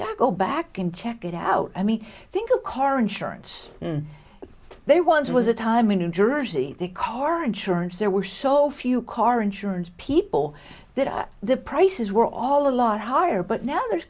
go back and check it out i mean i think a car insurance they once was a time when new jersey the car insurance there were so few car insurance people that the prices were all a lot higher but now there's